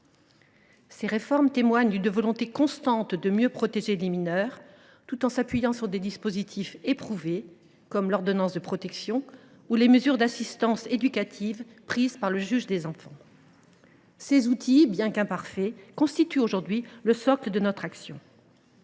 Ces réformes témoignent d’une volonté constante de mieux protéger les mineurs grâce à des outils éprouvés, comme l’ordonnance de protection ou les mesures d’assistance éducative prises par le juge des enfants. Ces dispositifs, bien qu’imparfaits, constituent aujourd’hui le socle de notre action.